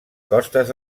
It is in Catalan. costes